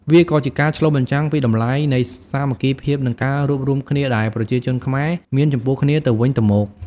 វាក៏ជាការឆ្លុះបញ្ចាំងពីតម្លៃនៃសាមគ្គីភាពនិងការរួបរួមគ្នាដែលប្រជាជនខ្មែរមានចំពោះគ្នាទៅវិញទៅមក។